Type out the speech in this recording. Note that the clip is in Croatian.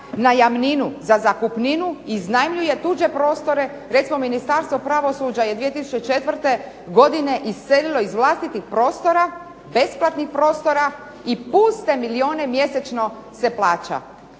najamninu, za zakupninu iznajmljuje tuđe prostore, recimo Ministarstvo pravosuđa je 2004. godine iselilo iz vlastitih prostora, besplatnih prostora i puste milijune mjesečno se plaća